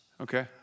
Okay